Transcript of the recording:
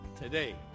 today